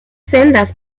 sendas